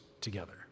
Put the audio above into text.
together